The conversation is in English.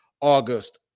August